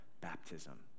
baptism